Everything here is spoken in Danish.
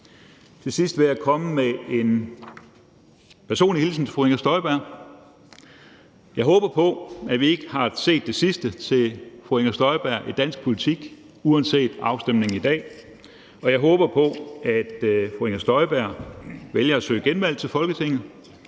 Til sidst vil jeg komme med en personlig hilsen til fru Inger Støjberg. Jeg håber på, at vi ikke har set det sidste til fru Inger Støjberg i dansk politik uanset afstemningen i dag, jeg håber på, at fru Inger Støjberg vælger at søge genvalg til Folketinget,